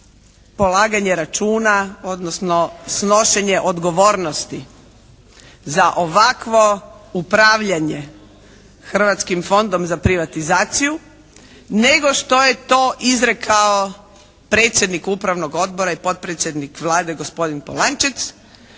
polaganje računa, odnosno snošenje odgovornosti za ovakvo upravljanje Hrvatskim fondom za privatizaciju nego što je to izrekao Upravnog odbora i potpredsjednik Vlade gospodin Polančec